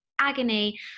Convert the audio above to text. agony